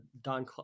don